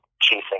chasing